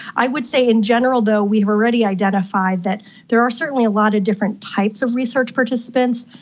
i would say in general though we have already identified that there are certainly a lot of different types of research participants.